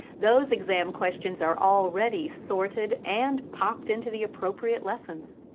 those exam questions are already sorted and popped into the appropriate lesson